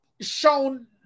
Shown